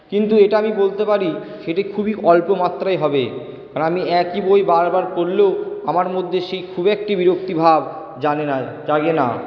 কিন্তু এটা আমি বলতে পারি সেটি খুবই অল্প মাত্রায় হবে কারণ আমি একই বই বার বার পড়লেও আমার মধ্যে সেই খুব একটি বিরক্তিভাব জানে না জাগেনা